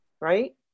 right